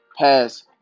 pass